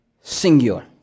singular